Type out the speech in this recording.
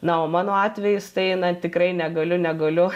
na o mano atvejis tai na tikrai negaliu negaliu